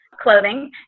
clothing